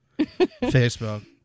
Facebook